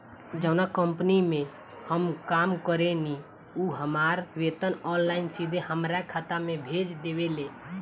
जावना कंपनी में हम काम करेनी उ हमार वेतन ऑनलाइन सीधे हमरा खाता में भेज देवेले